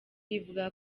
ivuga